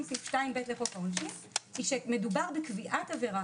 סעיף 2(ב) לחוק העונשין היא שמדובר בקביעת עבירה.